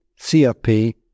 CRP